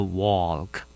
walk